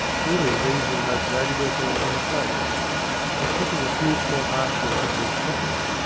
clearly these were the most valuable things in the place and, slipping a few small articles into his pockets.